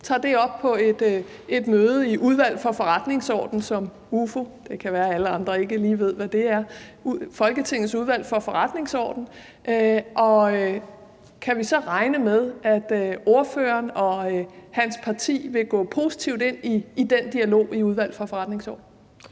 tager det op på et møde i Udvalget for Forretningsordenen, som UFO er – det kan være, alle andre ikke lige ved, hvad det er – kan vi så regne med, at ordføreren og hans parti vil gå positivt ind i den dialog i Udvalget for Forretningsordenen?